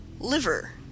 Liver